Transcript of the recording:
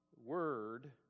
word